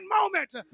moment